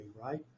right